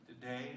today